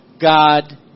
God